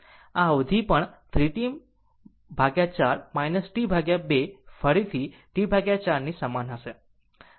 આ અવધિ પણ 3 T 4 T 2 ફરીથી T 4 ની સમાન હશે